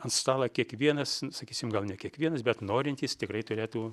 ant stala kiekvienas nu sakysim gal ne kiekvienas bet norintys tikrai turėtų